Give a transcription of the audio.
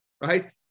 right